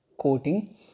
coating